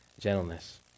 gentleness